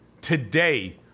today